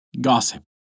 gossip